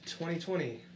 2020